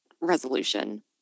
resolution